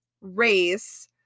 race